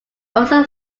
also